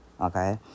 okay